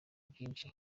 vyinshi